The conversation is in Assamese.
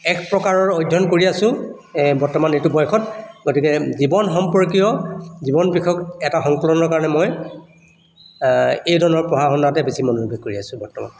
এক প্ৰকাৰৰ অধ্যয়ন কৰি আছোঁ এই বৰ্তমান এইটো বয়সত গতিকে জীৱন সম্পৰ্কীয় জীৱন বিষয়ক এটা সংকলনৰ বাবে মই এই ধৰণৰ পঢ়া শুনাতে বেছি মনোনিৱেশ কৰি আছোঁ বৰ্তমান